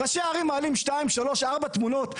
ראשי ערים מעלים שתיים, שלוש, ארבע תמונות.